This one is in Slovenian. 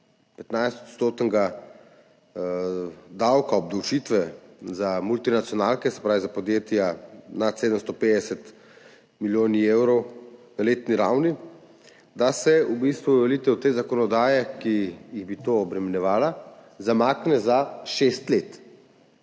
15-odstotnega davka obdavčitve za multinacionalke, se pravi za podjetja nad 750 milijoni evrov na letni ravni, da se v bistvu uveljavitev te zakonodaje, ki jih bi obremenjevala, zamakne za 6 let.